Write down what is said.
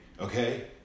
Okay